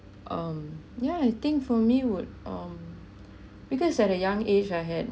um yeah I think for me would um because at a young age I had